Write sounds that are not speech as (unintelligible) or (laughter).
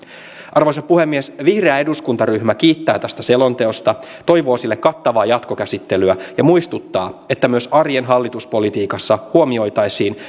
arvoisa puhemies vihreä eduskuntaryhmä kiittää tästä selonteosta toivoo sille kattavaa jatkokäsittelyä ja muistuttaa että myös arjen hallituspolitiikassa huomioitaisiin (unintelligible)